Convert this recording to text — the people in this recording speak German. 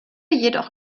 jedoch